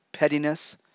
pettiness